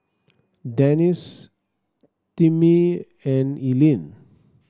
Denis Timmie and Eileen